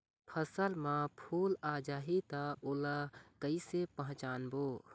फसल म फूल आ जाही त ओला कइसे पहचानबो?